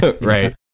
Right